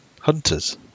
hunters